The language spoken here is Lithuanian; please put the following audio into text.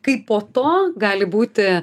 kaip po to gali būti